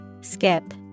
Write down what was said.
Skip